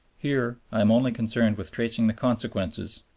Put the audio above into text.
here i am only concerned with tracing the consequences,